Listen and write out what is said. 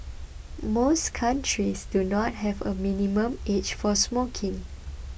most countries do not have a minimum age for smoking